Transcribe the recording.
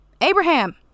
Abraham